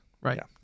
Right